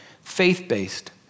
faith-based